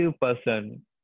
person